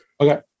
okay